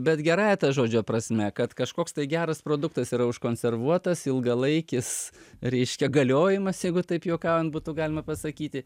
bet gerąja to žodžio prasme kad kažkoks tai geras produktas yra užkonservuotas ilgalaikis reiškia galiojimas jeigu taip juokaujant būtų galima pasakyti